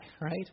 right